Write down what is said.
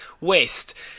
West